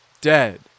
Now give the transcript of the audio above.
dead